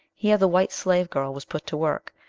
here the white slave-girl was put to work,